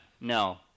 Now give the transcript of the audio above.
No